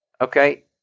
Okay